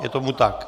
Je tomu tak.